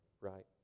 right